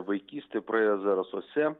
vaikystė praėjo zarasuose